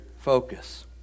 focus